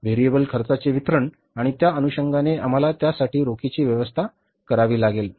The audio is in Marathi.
व्हेरिएबल खर्चाचे वितरण आणि त्या अनुषंगाने आम्हाला त्यासाठी रोखीची व्यवस्था करावी लागेल